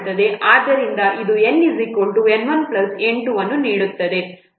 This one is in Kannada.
ಆದ್ದರಿಂದ ಇದು NN1N2 ಅನ್ನು ನೀಡುತ್ತದೆ